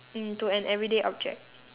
mm to an everyday object